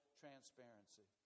transparency